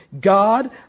God